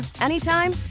anytime